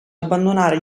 abbandonare